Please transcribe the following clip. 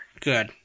Good